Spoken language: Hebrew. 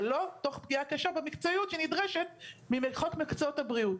אבל לא תוך פגיעה קשה במקצועיות שנדרשת מחוק מקצועות הבריאות.